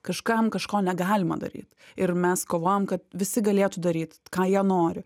kažkam kažko negalima daryt ir mes kovojam kad visi galėtų daryt ką jie nori